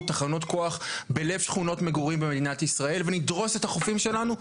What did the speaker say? תחנות כוח בלב שכונות מגורים במדינת ישראל ונדרוס את החופים שלנו,